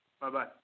bye-bye